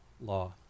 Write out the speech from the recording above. law